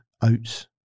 oats